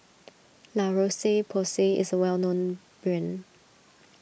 La Roche Porsay is a well known brand